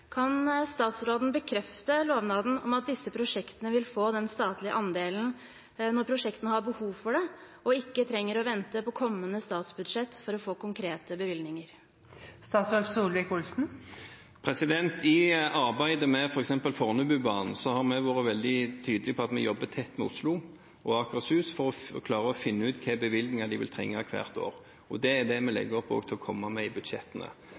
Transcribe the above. Kan statsråden bekrefte lovnaden om at disse prosjektene vil få den statlige andelen når prosjektene har behov for det, og ikke trenger å vente på kommende statsbudsjett for å få konkrete bevilgninger? I arbeidet med f.eks. Fornebubanen har vi vært veldig tydelige på at vi jobber tett med Oslo og Akershus for å klare å finne ut hvilke bevilgninger de vil trenge hvert år. Det er det vi også legger opp til å komme med i budsjettene.